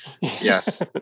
yes